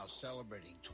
celebrating